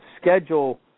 schedule